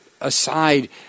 aside